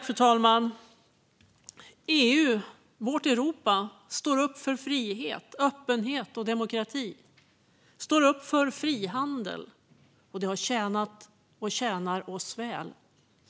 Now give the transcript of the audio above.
Fru talman! EU, vårt Europa, står upp för frihet, öppenhet och demokrati och står upp för frihandel. Det har tjänat, och tjänar, oss väl.